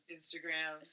Instagram